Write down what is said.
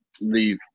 leave